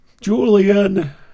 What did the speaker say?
Julian